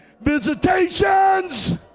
Visitations